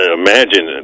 imagine